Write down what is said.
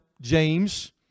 James